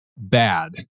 bad